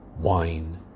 Wine